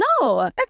No